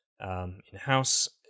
in-house